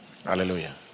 Hallelujah